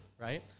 right